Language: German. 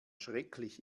schrecklich